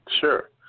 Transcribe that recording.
Sure